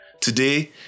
Today